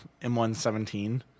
M117